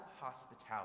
hospitality